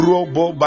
Robo